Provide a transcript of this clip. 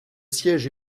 siège